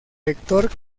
lector